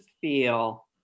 feel